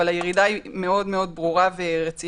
אבל הירידה היא מאוד מאוד ברורה ורצינית.